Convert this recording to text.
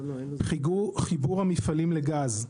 חיבור המפעלים לגז,